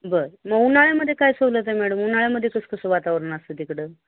बरं मग उन्हाळ्यामध्ये काय सवलत आहे मॅडम उन्हाळ्यामध्ये कसं कसं वातावरण असतं तिकडं